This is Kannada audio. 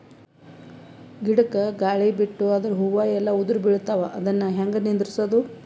ಗಿಡಕ, ಗಾಳಿ ಬಿಟ್ಟು ಅದರ ಹೂವ ಎಲ್ಲಾ ಉದುರಿಬೀಳತಾವ, ಅದನ್ ಹೆಂಗ ನಿಂದರಸದು?